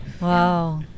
Wow